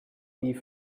leave